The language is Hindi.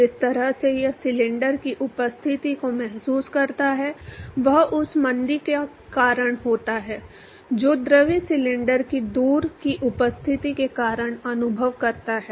जिस तरह से यह सिलेंडर की उपस्थिति को महसूस करता है वह उस मंदी के कारण होता है जो द्रव सिलेंडर की दूर की उपस्थिति के कारण अनुभव करता है